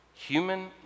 Human